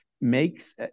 makes